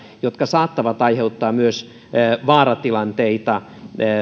jotka saattavat aiheuttaa myös vaaratilanteita